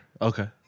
Okay